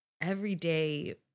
everyday